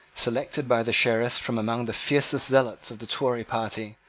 selected by the sheriffs from among the fiercest zealots of the tory party,